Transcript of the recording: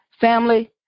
Family